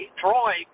Troy